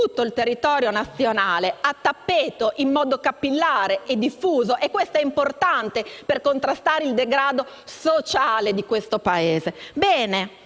tutto il territorio nazionale, a tappeto, in modo capillare e diffuso e questo è importante per contrastare il degrado sociale del Paese. Il